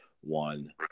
one